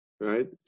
right